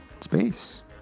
space